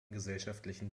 gesellschaftlichen